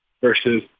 versus